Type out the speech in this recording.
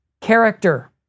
character